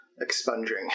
expunging